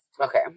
Okay